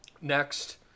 Next